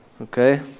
Okay